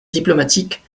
diplomatiques